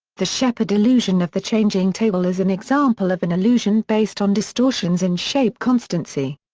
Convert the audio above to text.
the shepard illusion of the changing table is an example of an illusion based on distortions in shape constancy.